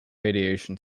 radiation